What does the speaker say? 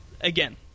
again